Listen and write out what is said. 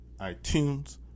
iTunes